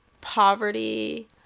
poverty